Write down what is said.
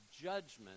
judgment